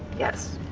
yes.